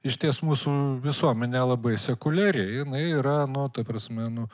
išties mūsų visuomenė labai sekuliari jinai yra nu ta prasme nu